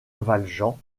valjean